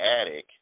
attic